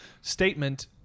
statement